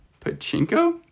pachinko